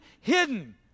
hidden